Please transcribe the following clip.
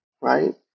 right